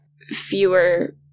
fewer